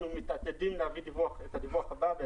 אנחנו מתעתדים להביא את הדיווח הבא.